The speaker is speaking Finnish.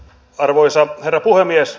arvoisa herra puhemies